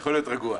יכול להיות רגוע.